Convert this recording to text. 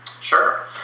Sure